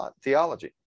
theology